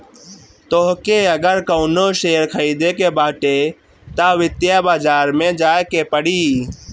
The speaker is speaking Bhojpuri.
तोहके अगर कवनो शेयर खरीदे के बाटे तअ वित्तीय बाजार में जाए के पड़ी